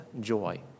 joy